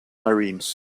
marines